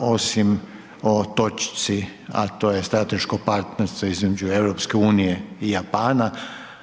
osim o točci a to je strateško partnerstvo između EU i Japana